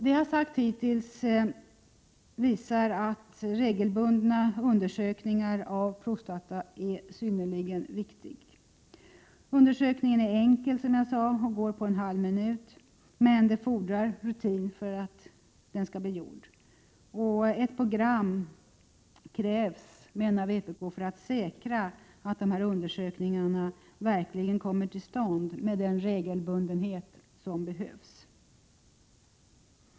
Det jag hittills har sagt visar att regelbundna undersökningar av prostata är synnerligen viktiga. Undersökningen är alltså enkel, men den fordrar rutin. Ett program krävs för att dessa undersökningar verkligen skall komma till stånd med den regelbundenhet som behövs.